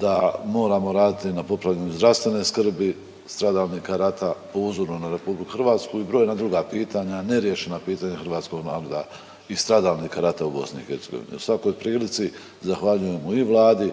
da moramo raditi na popravljanju zdravstvene skrbi stradalnika rata po uzoru na Republiku Hrvatsku i brojna druga pitanja neriješena pitanja hrvatskog naroda i stradalnika rata u Bosni i Hercegovini. U svakoj prilici zahvaljujemo i Vladi,